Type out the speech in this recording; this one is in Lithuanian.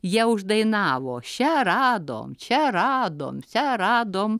jie uždainavo čia radom čia radom čia radom